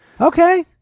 okay